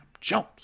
Jones